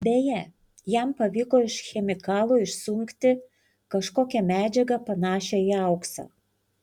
beje jam pavyko iš chemikalų išsunkti kažkokią medžiagą panašią į auksą